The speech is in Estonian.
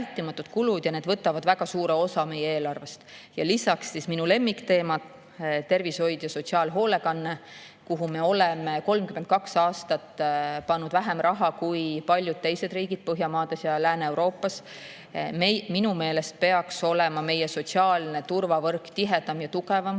ja need võtavad väga suure osa meie eelarvest. Lisaks minu lemmikteemad, tervishoid ja sotsiaalhoolekanne, kuhu me oleme 32 aastat pannud vähem raha kui paljud teised riigid Põhjamaade hulgas ja Lääne-Euroopas. Minu meelest peaks olema meie sotsiaalne turvavõrk tihedam, tugevam